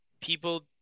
People